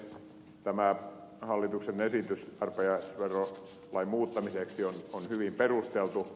tämä hallituksen esitys arpajaisverolain muuttamiseksi on hyvin perusteltu